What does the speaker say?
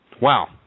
Wow